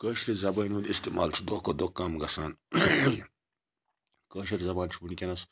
کٲشرِ زَبٲنۍ ہُنٛد اِستعمال چھُ دۄہ کھۄتہٕ دۄہ کَم گَژھان کٲشِر زَبان چھ وٕنکیٚنَس